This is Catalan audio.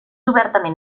obertament